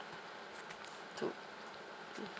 to